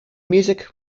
music